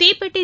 தீப்பெட்டி